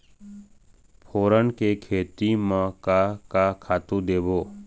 फोरन के खेती म का का खातू देबो?